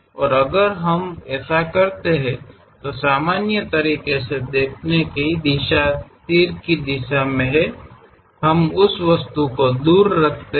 ಮತ್ತು ನಾವು ಅದನ್ನು ಮಾಡಿದರೆ ಸಾಮಾನ್ಯ ಪ್ರಾತಿನಿಧ್ಯವು ಬಾಣಗಳ ದಿಕ್ಕಿನಲ್ಲಿರುತ್ತದೆ ನಾವು ಉಳಿದ ಭಾಗವನ್ನು ತೆಗೆದುಹಾಕುವ ವಸ್ತುವನ್ನು ದೂರವಿರಿಸುತ್ತೇವೆ